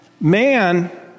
man